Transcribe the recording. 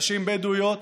נשים בדואיות.